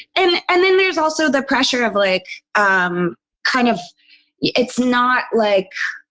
and and then there's also the pressure of like um kind of it's not like,